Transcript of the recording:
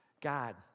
God